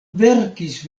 verkis